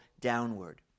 downward